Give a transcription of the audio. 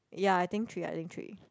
ya I think three I think three